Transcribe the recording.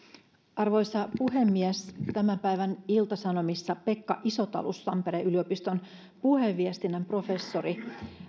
arvoisa puhemies tämän päivän ilta sanomissa pekka isotalus tampereen yliopiston puheviestinnän professori